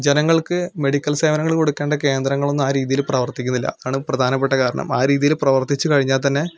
ജനങ്ങൾക്ക് മെഡിക്കൽ സേവനങ്ങൾ കൊടുക്കേണ്ട കേന്ദ്രങ്ങളൊന്നും ആ രീതിയിൽ പ്രവർത്തിക്കുന്നില്ല അതാണ് പ്രധാനപ്പെട്ട കാരണം ആ രീതിയിൽ പ്രവർത്തിച്ച് കഴിഞ്ഞാൽ തന്നെ